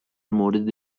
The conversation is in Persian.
مورد